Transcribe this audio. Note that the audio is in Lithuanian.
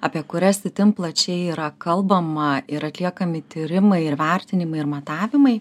apie kurias itin plačiai yra kalbama ir atliekami tyrimai ir vertinimai ir matavimai